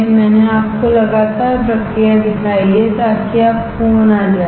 मैंने आपको लगातार प्रक्रिया दिखाई है ताकि आप खो न जाएं